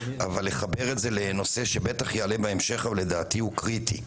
אני רוצה לחבר את זה לנושא שבטח יעלה בהמשך אבל לדעתי הוא קריטי.